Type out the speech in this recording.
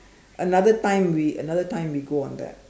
another time we another time we go on that